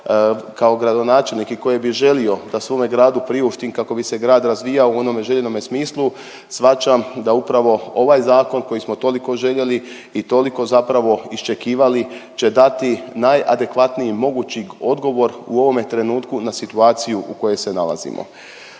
kao gradonačelnik i koje bi želio da svome gradu priuštim kako bi se grad razvijao u onome željenome smislu shvaćam da upravo ovaj zakon koji smo toliko željeli i toliko zapravo iščekivali će dati najadekvatniji mogući odgovor u ovome trenutku na situaciju u kojoj se nalazimo.